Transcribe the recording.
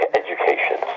education